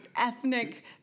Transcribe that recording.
ethnic